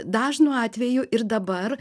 dažnu atveju ir dabar